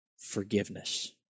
forgiveness